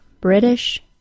British